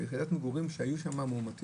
ביחידת מגורים בה היו מאומתים.